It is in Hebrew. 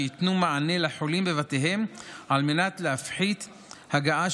שייתנו מענה לחולים בבתיהם כדי להפחית הגעה